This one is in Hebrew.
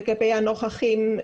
לגבי הנוכחים.